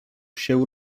się